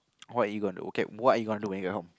what you gonna okay what you gonna do when you get home